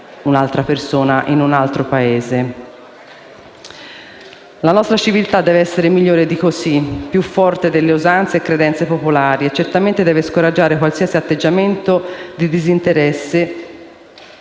che si trova in un altro Paese. La nostra civiltà deve essere migliore di così, più forte delle usanze e credenze popolari e certamente deve scoraggiare qualsiasi atteggiamento di disinteresse